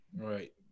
Right